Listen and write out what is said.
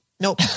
nope